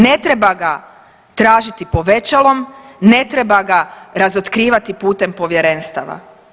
Ne treba ga tražiti povećalom, ne treba ga razotkrivati putem povjerenstava.